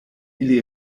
ili